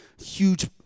huge